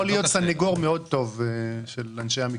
אתה יכול להיות סנגור מאוד טוב של אנשי המקצוע.